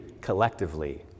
collectively